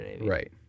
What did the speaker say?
Right